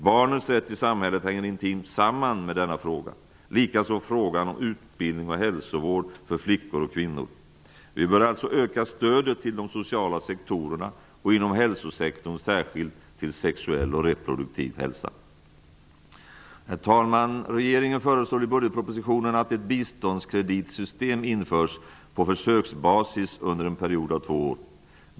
Barnens rätt i samhället hänger intimt samman med denna fråga, likaså frågan om utbildning och hälsovård för flickor och kvinnor. Vi bör alltså öka stödet till de sociala sektorerna och inom hälsosektorn särskilt till sexuell och reproduktiv hälsa. Herr talman! Regeringen föreslår i budgetpropositionen att ett biståndskreditsystem införs på försöksbasis under en priod av två år.